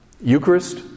Eucharist